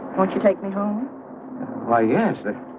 but you take me home my yes.